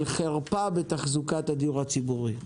של חרפה בתחזוקת הדיור הציבורי,